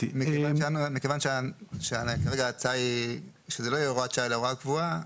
מכיוון שכרגע ההצעה היא שזה לא יהיה הוראת שעה אלא הוראה קבועה,